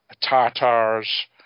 Tatars